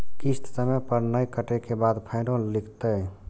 किस्त समय पर नय कटै के बाद फाइनो लिखते?